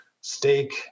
steak